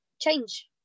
change